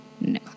No